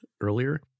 earlier